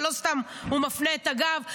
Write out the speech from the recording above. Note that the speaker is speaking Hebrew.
ולא סתם הוא מפנה את הגב,